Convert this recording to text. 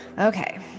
Okay